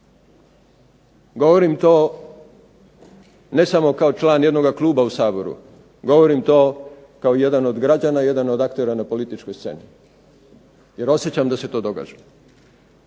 Govorim to ne samo kao član jednoga kluba u Saboru. Govorim to kao jedan od građana, jedan od aktera na političkoj sceni jer osjećam da se to događa.